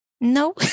No